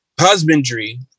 husbandry